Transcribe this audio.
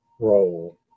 Role